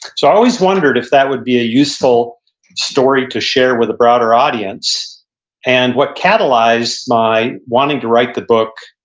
so i always wondered if that would be a useful story to share with a broader audience and what catalyzed my wanting to write the book